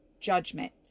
judgment